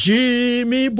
Jimmy